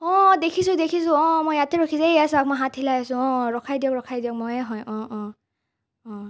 অঁ দেখিছো দেখিছো অঁ মই ইয়াতে ৰখি আছোঁ এইয়া চাওক মই হাত হিলাই আছোঁ অঁ ৰখাই দিয়ক ৰখাই দিয়ক ময়েই হয় অঁ অঁ অঁ